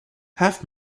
half